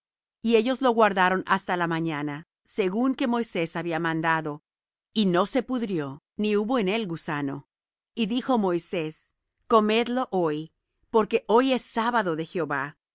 y ellos lo guardaron hasta la mañana según que moisés había mandado y no se pudrió ni hubo en él gusano y dijo moisés comedlo hoy porque hoy es sábado de jehová